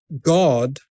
God